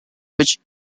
which